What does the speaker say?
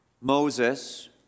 Moses